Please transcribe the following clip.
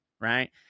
Right